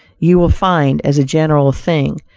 you will find, as a general thing,